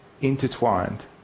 intertwined